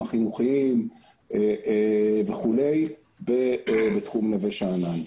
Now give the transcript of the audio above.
החינוכיים וכולי בתחום נווה שאנן.